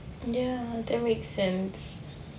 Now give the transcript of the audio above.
ya that makes sense